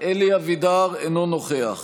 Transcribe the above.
אלי אבידר, אינו נוכח